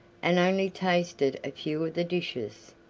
and only tasted a few of the dishes,